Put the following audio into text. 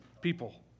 people